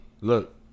Look